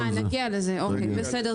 בסדר.